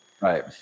Right